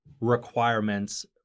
requirements